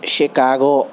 Chicago